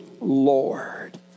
Lord